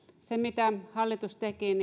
mitä hallitus teki